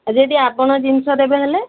ଯଦି ଆପଣ ଜିନିଷ ଦେବେ ହେଲେ